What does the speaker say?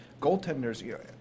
Goaltenders